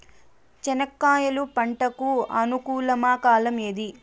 చెనక్కాయలు పంట కు అనుకూలమా కాలం ఏది?